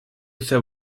there